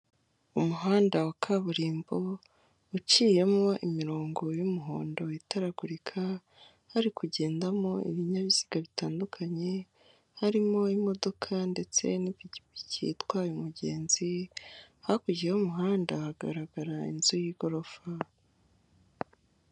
Umuhanda wa kaburimbo, uciyemo imirongo y'umuhondo itaragurika, hari kugendamo ibinyabiziga bitandukanye, harimo imodoka ndetse n'igipikipiki itwaye umugenzi, hakurya y'umuhanda hagaragara inzu y'igorofa.